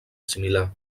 similar